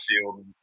field